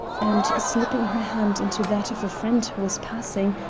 and, slipping her hand into that of a friend who was passing,